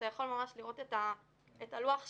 אתה יכול ממש לראות את לוח השנה,